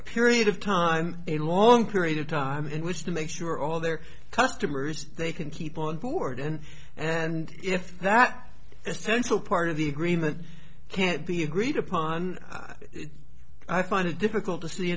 a period of time a long period of time in which to make sure all their customers they can keep on board and and if that essential part of the green that can't be agreed upon i find it difficult to see